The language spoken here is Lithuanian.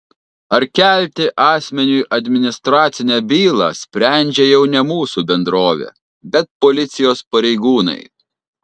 ar kelti asmeniui administracinę bylą sprendžia jau ne mūsų bendrovė bet policijos pareigūnai